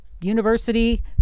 university